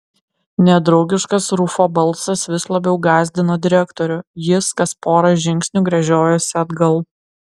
nedraugiškas rufo balsas vis labiau gąsdino direktorių jis kas pora žingsnių gręžiojosi atgal